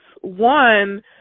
One